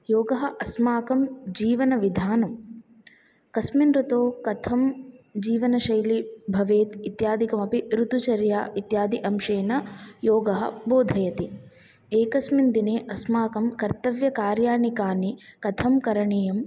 योगः अस्माकं जीवनविधानं कस्मिन् ऋतो कथं जीवनशैली भवेत् इत्यादिकम् अपि ऋतुचर्या इत्यादि अंशेन योगः बोधयति एकस्मिन् दिने अस्माकं कर्तव्यकार्याणि कानि कथं करणीयम्